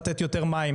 האם צריך לתת יותר מים,